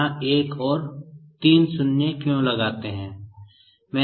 यहाँ 1 और ये तीन शून्य क्यों लगाते हैं